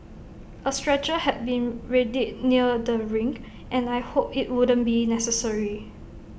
A stretcher had been readied near the ring and I hoped IT wouldn't be necessary